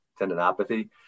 tendinopathy